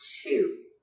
two